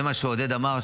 זה מה שעודד אמר,